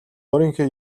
өөрийнхөө